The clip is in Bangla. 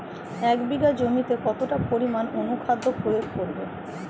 এক বিঘা জমিতে কতটা পরিমাণ অনুখাদ্য প্রয়োগ করব?